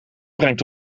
brengt